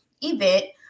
event